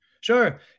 Sure